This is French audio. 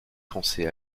français